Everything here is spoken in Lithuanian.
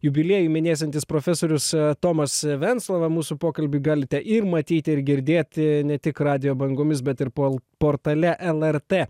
jubiliejų minėsiantis profesorius tomas venclova mūsų pokalbį galite ir matyti ir girdėti ne tik radijo bangomis bet ir pol portale lrt